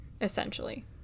essentially